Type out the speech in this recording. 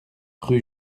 rue